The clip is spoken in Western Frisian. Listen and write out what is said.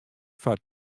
foar